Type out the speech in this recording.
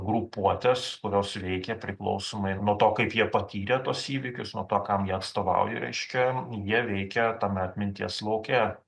grupuotes kurios veikė priklausomai nuo to kaip jie patyrė tuos įvykius nuo to kam jie atstovauja reiškia jie veikia tame atminties lauke